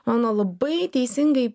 mano labai teisingai